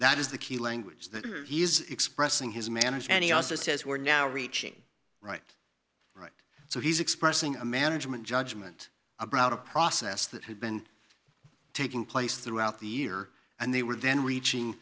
that is the key language that he is expressing his manager and he also says we're now reaching right right so he's expressing a management judgment about a process that had been taking place throughout the year and they were then reaching